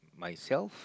myself